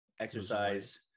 exercise